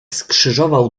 skrzyżował